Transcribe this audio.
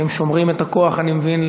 הם שומרים את הכוח, אני מבין,